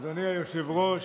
אדוני היושב-ראש,